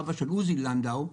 אבא של עוזי לנדאו,